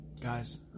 guys